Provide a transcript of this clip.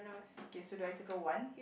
K so do I circle one